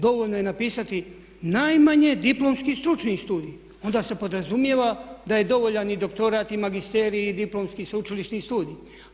Dovoljno je napisati najmanje diplomski stručni studij, onda se podrazumijeva da je dovoljan i doktorat i magisterij i diplomski i sveučilišni studij.